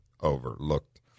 overlooked